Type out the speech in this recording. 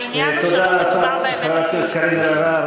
העניין הוא שלא מדובר בהיבט הפלילי.